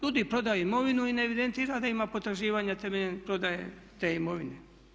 DUUDI prodaje imovinu i ne evidentira da ima potraživanja temeljem prodaje te imovine.